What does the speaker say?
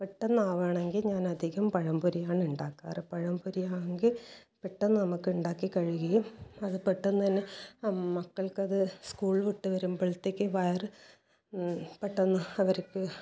പെട്ടെന്ന് ആവുകയാണെങ്കിൽ ഞാൻ അധികം പഴം പൊരിയാണ് ഉണ്ടാക്കാറ് പഴംപൊരി ആണെങ്കിൽ പെട്ടെന്ന് നമുക്ക് ഉണ്ടാക്കി കഴിയുകയും അത് പെട്ടെന്ന് തന്നെ മക്കൾക്ക് അത് സ്കൂൾ വിട്ട് വരുമ്പോഴത്തേക്ക് വയർ പെട്ടെന്ന് അവർക്ക്